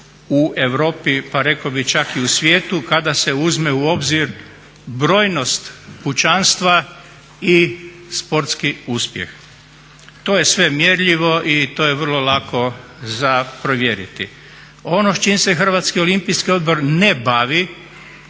u Europi pa rekao bih čak i u svijetu kada se uzme u obzir brojnost pučanstva i sportski uspjeh. To je sve mjerljivo i to je vrlo lako za provjeriti. Ono s čim se HOO ne bavi